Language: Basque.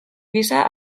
gisa